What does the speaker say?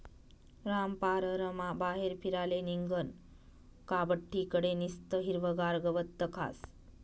रामपाररमा बाहेर फिराले निंघनं का बठ्ठी कडे निस्तं हिरवंगार गवत दखास